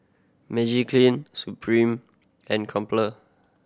Magiclean Supreme and Crumpler